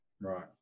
Right